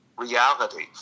reality